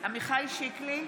בהצבעה עמיחי שיקלי,